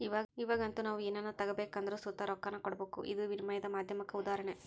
ಇವಾಗಂತೂ ನಾವು ಏನನ ತಗಬೇಕೆಂದರು ಸುತ ರೊಕ್ಕಾನ ಕೊಡಬಕು, ಇದು ವಿನಿಮಯದ ಮಾಧ್ಯಮುಕ್ಕ ಉದಾಹರಣೆ